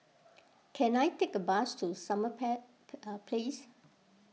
can I take a bus to Summer Place